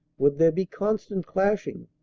would there be constant clashing?